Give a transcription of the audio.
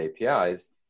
APIs